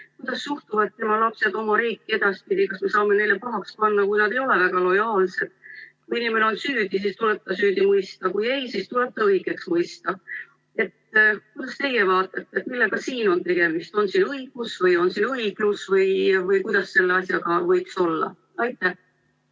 Kuidas suhtuvad tema lapsed oma riiki edaspidi? Kas me saame neile pahaks panna, kui nad ei ole väga lojaalsed? Kui inimene on süüdi, siis tuleb ta süüdi mõista, kui ei, siis tuleb ta õigeks mõista. Kuidas teie vaatate, millega siin on tegemist? On see õigus või on see õiglus või kuidas selle asjaga võiks olla? Mul